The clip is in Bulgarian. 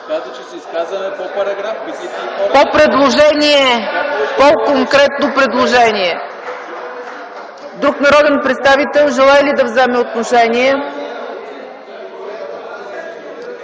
По предложение! По конкретно предложение. Друг народен представител желае ли да вземе отношение?